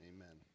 Amen